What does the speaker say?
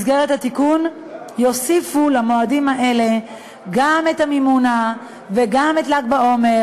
במסגרת התיקון יוסיפו למועדים האלה גם את המימונה וגם את ל"ג בעומר,